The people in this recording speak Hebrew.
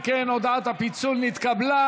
אם כן, הודעת הפיצול נתקבלה.